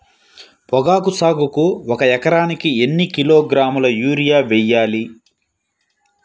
పొగాకు సాగుకు ఒక ఎకరానికి ఎన్ని కిలోగ్రాముల యూరియా వేయాలి?